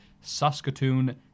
Saskatoon